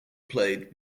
played